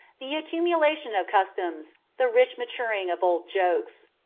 the accumulation of customs, the rich maturing of old jokes.